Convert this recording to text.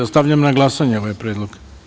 Stavljam na glasanje ovaj predlog.